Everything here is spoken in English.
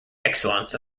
excellence